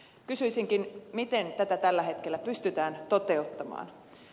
kysyisinkin miten tätä tällä hetkellä pystytään toteuttamaan